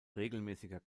regelmäßiger